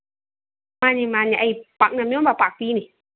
ꯃꯥꯅꯤ ꯃꯥꯅꯤ ꯑꯩ ꯄꯥꯛꯅꯝ ꯌꯣꯟꯕ ꯄꯥꯛꯄꯤꯅꯤ